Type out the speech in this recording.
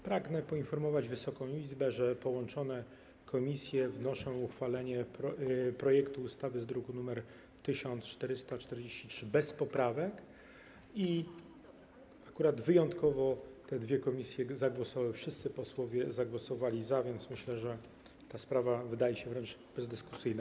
Pragnę poinformować Wysoką Izbę, że połączone komisje wnoszą o uchwalenie projektu ustawy z druku nr 1443 bez poprawek i, akurat wyjątkowo, te dwie komisje zagłosowały, wszyscy posłowie zagłosowali za, więc myślę, że ta sprawa wydaje się wręcz bezdyskusyjna.